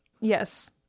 Yes